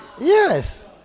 Yes